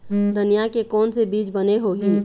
धनिया के कोन से बीज बने होही?